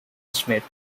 smith